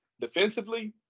Defensively